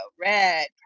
red